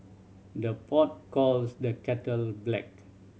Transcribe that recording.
the pot calls the kettle black